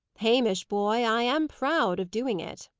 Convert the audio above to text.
hamish, boy, i am proud of doing it.